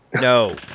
No